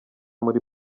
muri